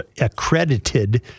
accredited